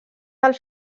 del